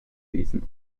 wesen